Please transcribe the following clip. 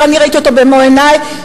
אני ראיתי אותו במו עיני,